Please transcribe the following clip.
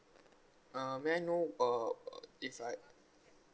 uh may I know uh if I